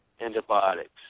antibiotics